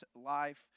life